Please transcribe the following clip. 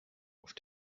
auf